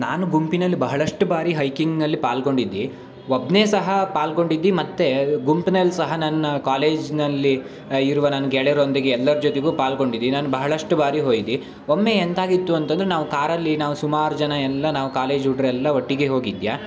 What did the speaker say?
ನಾನು ಗುಂಪಿನಲ್ಲಿ ಬಹಳಷ್ಟು ಬಾರಿ ಹೈಕಿಂಗ್ನಲ್ಲಿ ಪಾಲ್ಗೊಂಡಿದ್ದೆ ಒಬ್ಬನೇ ಸಹ ಪಾಲ್ಗೊಂಡಿದ್ದೆ ಮತ್ತು ಗುಂಪ್ನಲ್ಲಿ ಸಹ ನನ್ನ ಕಾಲೇಜ್ನಲ್ಲಿ ಇರುವ ನನ್ನ ಗೆಳ್ಯರೊಂದಿಗೆ ಎಲ್ಲರ ಜೊತೆಗೂ ಪಾಲ್ಗೊಂಡಿದ್ದೆ ನಾನು ಬಹಳಷ್ಟು ಬಾರಿ ಹೋಯ್ದಿ ಒಮ್ಮೆ ಎಂತಾಗಿತ್ತು ಅಂತಂದ್ರೆ ನಾವು ಕಾರಲ್ಲಿ ನಾವು ಸುಮಾರು ಜನ ಎಲ್ಲ ನಾವು ಕಾಲೇಜ್ ಹುಡ್ಗ್ರೆಲ್ಲ ಒಟ್ಟಿಗೆ ಹೋಗಿದ್ಯ